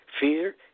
Fear